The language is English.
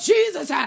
Jesus